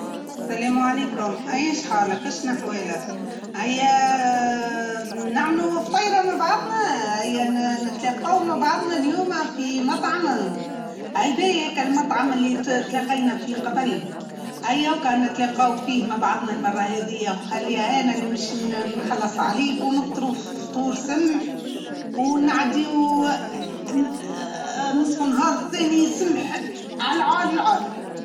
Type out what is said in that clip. حبيتاً نقل لك نجمش نتقابلوا مع بعضنا ونمشيوا مع بعضنا البلاصة فيها هكا نفطروا ونعدي وقت سمحوا ونحب نحكي أنا وإيك خاطر عندي بشع حويجا و نحب نقول هملك وما نجمتش ما لقيتش وقت بش نقول هملك نحب نتلقى أنا وإيك المهم.